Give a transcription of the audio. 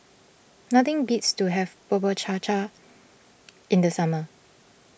nothing beats to having Bubur Cha Cha in the summer